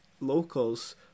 locals